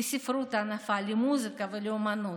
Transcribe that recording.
לספרות הענפה, למוזיקה ולאומנות.